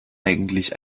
eigentlich